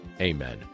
amen